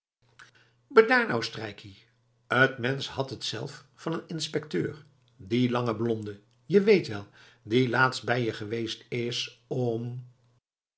nou strijkkie t mensch had het zelf van een inspecteur dien langen blonden je weet wel die laatst bij je geweest is om